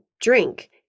drink